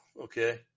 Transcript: Okay